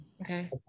Okay